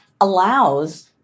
allows